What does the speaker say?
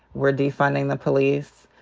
we're defunding the police,